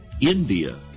India